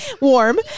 warm